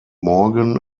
morgan